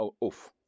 off